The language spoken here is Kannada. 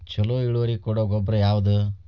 ಛಲೋ ಇಳುವರಿ ಕೊಡೊ ಗೊಬ್ಬರ ಯಾವ್ದ್?